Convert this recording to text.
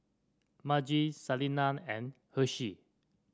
Margie Salina and Hershel